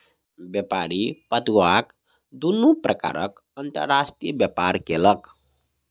व्यापारी पटुआक दुनू प्रकारक अंतर्राष्ट्रीय व्यापार केलक